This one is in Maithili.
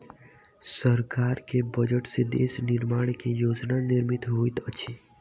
सरकार के बजट से देश निर्माण के योजना निर्मित होइत अछि